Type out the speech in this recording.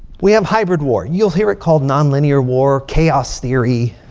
we have hybrid war. you'll hear it called nonlinear war. chaos theory.